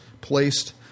placed